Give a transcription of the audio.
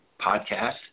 podcast